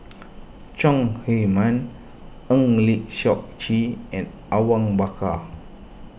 Chong Heman Eng Lee Seok Chee and Awang Bakar